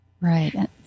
Right